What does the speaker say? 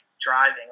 driving